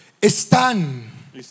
están